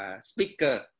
speaker